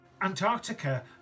Antarctica